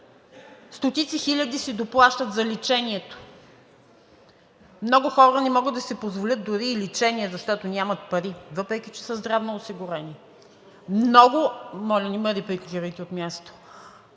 стотици хиляди си доплащат за лечението, много хора не могат да си позволят дори и лечение, защото нямат пари, въпреки че са здравноосигурени. Много деца не могат да си